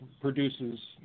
produces